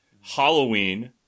Halloween